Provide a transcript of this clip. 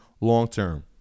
long-term